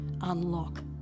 unlock